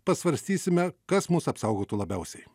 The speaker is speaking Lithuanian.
pasvarstysime kas mus apsaugotų labiausiai